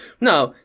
no